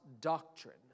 doctrine